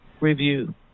review